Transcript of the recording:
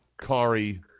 Kari